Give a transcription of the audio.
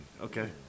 okay